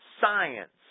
science